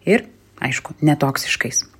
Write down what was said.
ir aišku netoksiškais